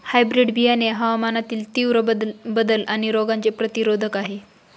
hybrid बियाणे हवामानातील तीव्र बदल आणि रोगांचे प्रतिरोधक आहे